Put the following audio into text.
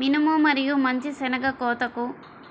మినుము మరియు మంచి శెనగ కోతకు